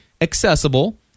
accessible